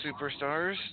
Superstars